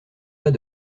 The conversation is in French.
pas